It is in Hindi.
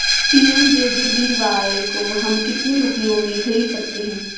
पी.एम.जे.जे.बी.वाय को हम कितने रुपयों में खरीद सकते हैं?